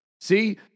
See